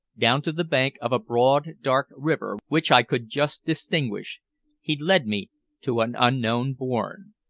down to the bank of a broad, dark river which i could just distinguish he led me to an unknown bourne.